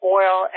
oil